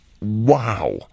Wow